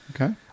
Okay